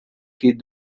quais